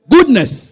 Goodness